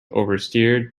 oversteered